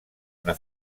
una